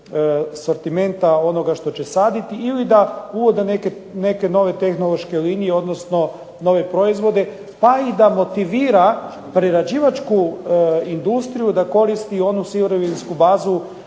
sortimenta onoga što će saditi ili da uvode neke nove tehnološke linije, odnosno nove proizvode pa i da motivira prerađivačku industriju da koristi onu sirovinsku bazu